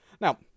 Now